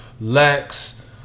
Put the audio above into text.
Lex